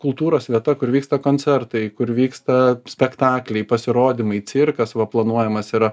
kultūros vieta kur vyksta koncertai kur vyksta spektakliai pasirodymai cirkas va planuojamas yra